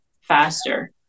faster